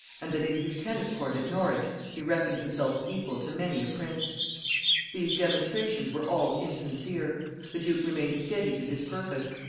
and that in his tennis-court at norwich he reckoned himself equal to many a prince these demonstrations were all insincere the duke remained steady to his purpose,